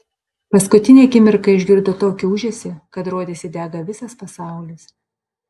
paskutinę akimirką išgirdo tokį ūžesį kad rodėsi dega visas pasaulis